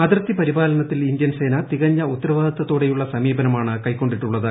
അതിർത്തി പരിപാലനത്തിൽ ഇന്ത്യൻ സേന തികഞ്ഞ ഉത്തരവാദിത്ത്തോടെയുള്ള സമീപനമാണ് കൈക്കൊണ്ടിട്ടുള്ളത്